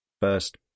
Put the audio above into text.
first